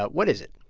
but what is it?